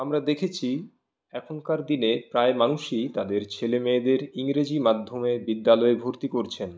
আমরা দেখেছি এখনকার দিনে প্রায় মানুষই তাদের ছেলে মেয়েদের ইংরেজি মাধ্যমে বিদ্যালয়ে ভর্তি করছেন